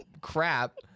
crap